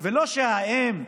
ולא שהאם,